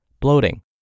bloating